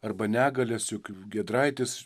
arba negales juk giedraitis